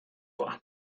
doa